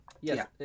Yes